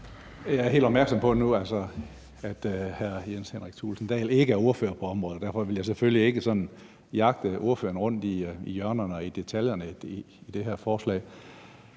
Jeg er helt opmærksom på, at hr. Jens Henrik Thulesen Dahl ikke er ordfører på området, og derfor vil jeg selvfølgelig ikke sådan jagte ordføreren rundt i hjørnerne og i detaljerne af det her forslag.